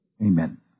Amen